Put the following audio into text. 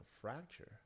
fracture